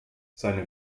seine